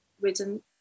written